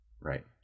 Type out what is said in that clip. Right